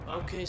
Okay